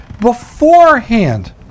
beforehand